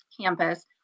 campus